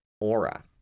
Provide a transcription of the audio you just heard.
aura